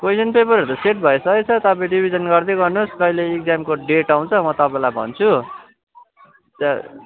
question पेपरहरू set भइसकेछ तपाईँ रिभिजन गर्दै गर्नुहोस् कहिले एक्जामको डेट आउँछ म तपाईँलाई भन्छु त